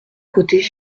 côté